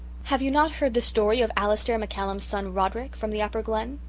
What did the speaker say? have you not heard the story of alistair maccallum's son roderick, from the upper glen?